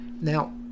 Now